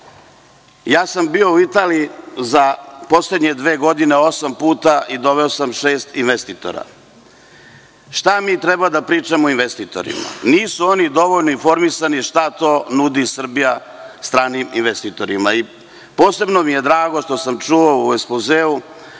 Bio sam u Italiji za poslednje dve godine osam puta i doveo sam šest investitora. Šta mi treba da pričamo investitorima? Nisu oni dovoljno informisani šta to nudi Srbija stranim investitorima? Posebno mi je drago što sam čuo u ekspozeu